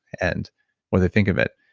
and what they think of it.